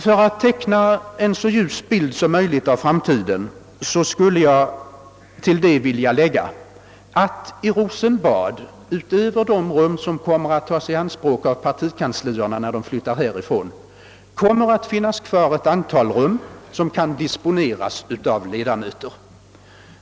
För att teckna en så ljus bild som möjligt av framtiden skulle jag vilja tillägga att i Rosenbad — utöver de rum som kommer att tas i anspråk av partikanslierna när de flyttar från riksdagshuset — kommer att finnas ett antal rum som kan disponeras av riksdagsledamöter.